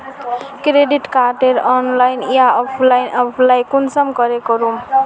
Credit कार्डेर online या offline apply कुंसम करे करूम?